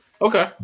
Okay